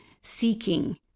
seeking